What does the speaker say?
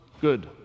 good